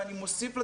ואני מוסיף לתוכנית,